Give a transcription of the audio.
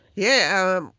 yeah, um